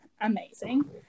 Amazing